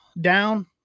down